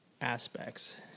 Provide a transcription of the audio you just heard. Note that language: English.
aspects